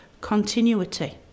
continuity